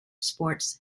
sports